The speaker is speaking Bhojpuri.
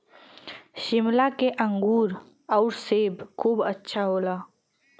शिमला के अंगूर आउर सेब खूब अच्छा होला